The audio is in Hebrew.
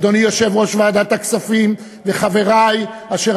אדוני יושב-ראש ועדת הכספים וחברי אשר